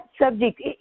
subject